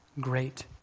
great